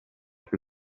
più